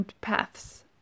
paths